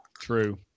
True